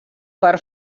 per